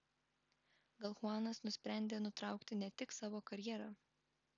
gal chuanas nusprendė nutraukti ne tik savo karjerą